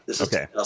okay